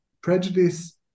prejudice